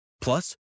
Plus